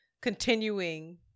continuing